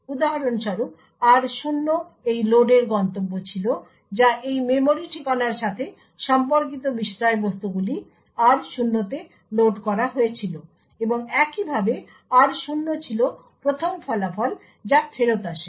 উদাহরণস্বরূপ r0 এই লোডের গন্তব্য ছিল যা এই মেমরি ঠিকানার সাথে সম্পর্কিত বিষয়বস্তুগুলি r0 এ লোড করা হয়েছিল এবং একইভাবে r0 ছিল প্রথম ফলাফল যা ফেরত আসে